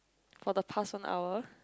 for the past one hour